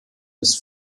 des